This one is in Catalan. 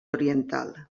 oriental